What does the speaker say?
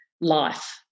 life